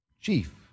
chief